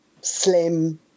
slim